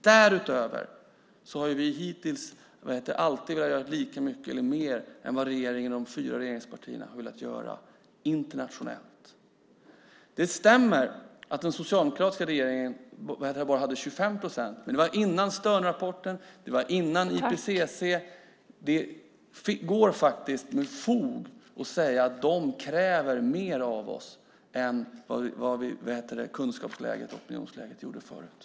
Därutöver har vi hittills alltid velat göra lika mycket eller mer internationellt än de fyra regeringspartierna velat göra. Det stämmer att den socialdemokratiska regeringen talade om bara 25 procent, men det var före Sternrapporten och före IPCC. Det kan faktiskt med fog sägas att de kräver mer av oss än vad kunskapsläget och opinionsläget förut gjorde.